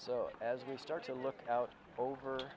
so as we start to look out over